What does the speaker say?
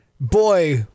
boy